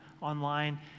online